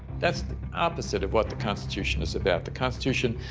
that's opposite of what the constitution is about. the constitution,